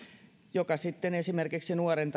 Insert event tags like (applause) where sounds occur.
joka sitten esimerkiksi nuoren (unintelligible)